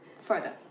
further